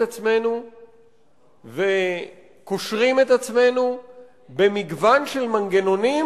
עצמנו וקושרים את עצמנו במגוון של מנגנונים,